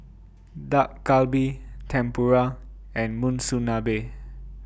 Dak Galbi Tempura and Monsunabe